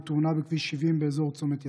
בתאונה בכביש 70 באזור צומת יאסיף.